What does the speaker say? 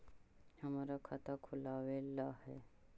हमरा खाता खोलाबे ला है?